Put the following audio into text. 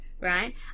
right